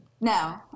No